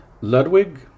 Ludwig